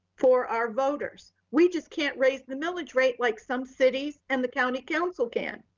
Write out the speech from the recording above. for our voters. we just can't raise the millage rate, like some cities and the county council can,